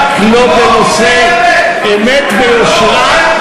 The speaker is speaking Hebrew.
רק לא בנושא אמת ויושרה,